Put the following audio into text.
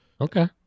okay